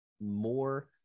more